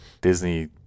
Disney